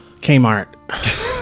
Kmart